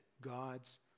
God's